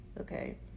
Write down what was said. okay